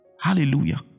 Hallelujah